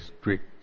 strict